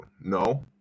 No